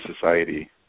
society